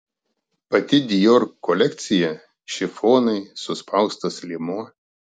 pati dior kolekcija šifonai suspaustas liemuo